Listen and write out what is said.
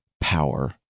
power